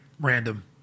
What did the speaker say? Random